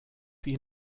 sie